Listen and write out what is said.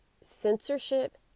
censorship